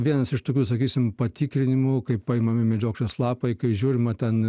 vienas iš tokių sakysim patikrinimų kai paimami medžioklės lapai kai žiūrima ten